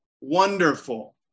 Wonderful